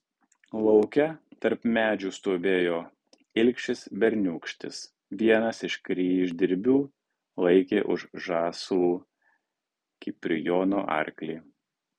lauke tarp medžių stovėjo ilgšis berniūkštis vienas iš kryždirbių laikė už žąslų kiprijono arklį